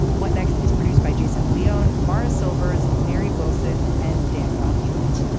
what next is produced by jason de leon morris silvers, mary wilson and danielle hewitt.